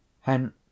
Hence